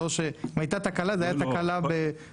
אם הייתה תקלה זו הייתה תקלה --- אין,